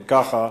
אם כך,